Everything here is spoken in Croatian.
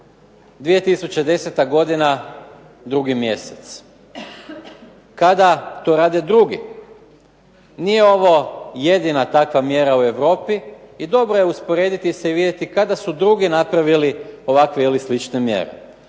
2010. godina, drugi mjesec. Kada to rade drugi? Nije ovo jedina takva mjera u Europi i dobro je usporediti se i vidjeti kada su drugi napravili ovakve ili slične mjere.